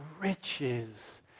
riches